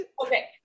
Okay